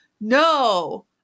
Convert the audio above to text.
no